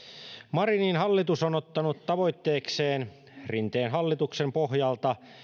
marinin hallitus on ottanut tavoitteekseen rinteen hallituksen pohjalta